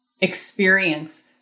experience